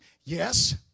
Yes